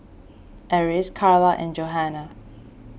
Eris Carla and Johannah